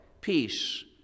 peace